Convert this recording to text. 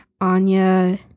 Anya